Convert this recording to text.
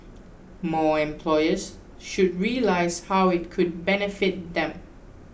more employers should realise how it could benefit them